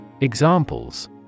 Examples